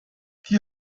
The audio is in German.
die